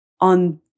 On